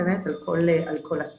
על כל אסיר,